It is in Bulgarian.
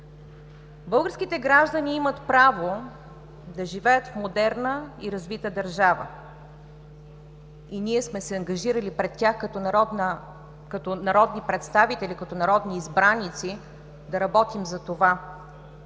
Българските граждани имат право да живеят в модерна и развита държава и ние сме се ангажирали пред тях като народни представители, като народни избраници, да работим за това.